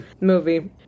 movie